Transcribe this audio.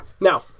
Now